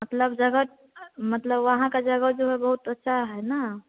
मतलब जगह मतलब वहाँ का जगह जो है बहुत अच्छा है ना